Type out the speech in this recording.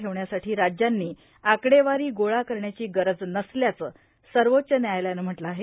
ठेवण्यासाठी राज्यांनी आकडेवारी गोळा करण्याची गरज नसल्याचं सर्वोच्च न्यायालयानं म्हटलं आहे